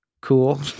cool